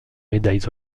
médailles